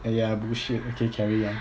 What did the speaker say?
eh ya bullshit okay carry on